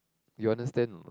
you understand